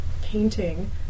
painting